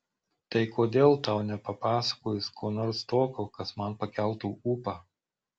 tai kodėl tau nepapasakojus ko nors tokio kas man pakeltų ūpą